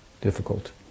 difficult